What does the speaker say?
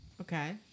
Okay